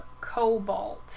Cobalt